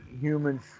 humans